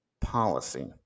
policy